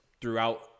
Throughout